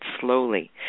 slowly